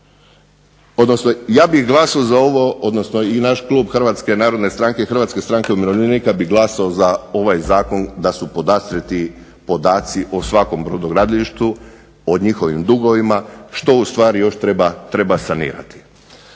odnosno ja bih glasao za ovo, odnosno i naš klub Hrvatske narodne stranke i Hrvatske stranke umirovljenika bi glasao za ovaj zakon da su podastrijeti podaci o svakom brodogradilištu, o njihovim dugovima što u stvari još treba sanirati.